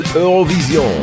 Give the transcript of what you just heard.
Eurovision